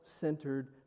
centered